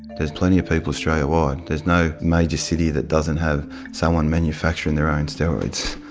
there's plenty of people australia-wide, there's no major city that doesn't have someone manufacturing their own steroids.